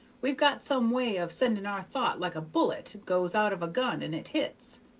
we've got some way of sending our thought like a bullet goes out of a gun and it hits.